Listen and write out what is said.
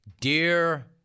Dear